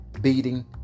beating